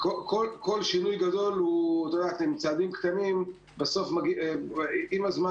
כל שינוי גדול כרוך בצעדים קטנים ועם הזמן